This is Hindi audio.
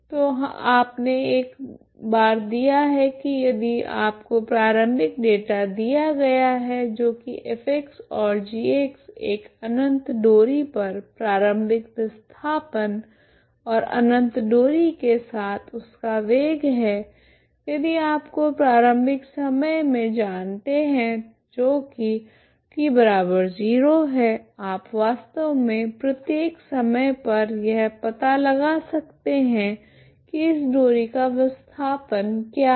तो आपने एक बार दिया है कि यदि आपको प्रारंभिक डेटा दिया गया है जो कि f और g एक अनंत डोरी पर प्रारंभिक विस्थापन और अनंत डोरी के साथ उसका वेग है यदि आपको प्रारंभिक समय में जानते हैं जो की t0 है आप वास्तव में प्रत्येक समय पर यह पता लगा सकते हैं कि इस डोरी का विस्थापन क्या है